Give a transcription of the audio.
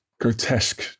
grotesque